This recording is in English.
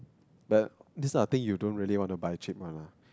but this type of thing you don't really want to buy cheap one lah